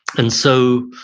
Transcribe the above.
and so,